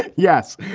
yes.